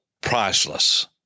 priceless